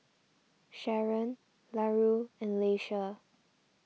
Sharon Larue and Leisha